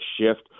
shift